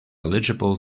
eligible